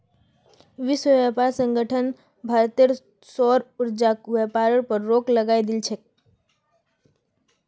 विश्व व्यापार संगठन भारतेर सौर ऊर्जाक व्यापारेर पर रोक लगई दिल छेक